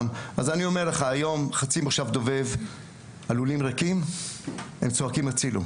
אני אומר לך שחצי מושב דובב הלולים ריקים והם צועקים הצילו.